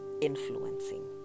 influencing